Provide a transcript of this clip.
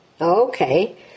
Okay